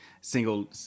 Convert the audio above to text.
single